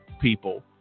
people